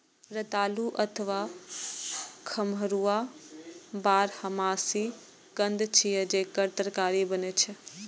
रतालू अथवा खम्हरुआ बारहमासी कंद छियै, जेकर तरकारी बनै छै